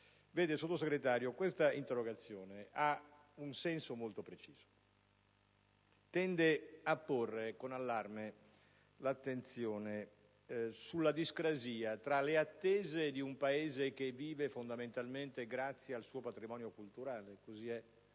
Signor Sottosegretario, l'interrogazione da me presentata ha un senso molto preciso: tende a porre con allarme l'attenzione sulla discrasia tra le attese di un Paese che vive fondamentalmente grazie al suo patrimonio culturale - così è